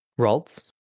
Raltz